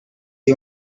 you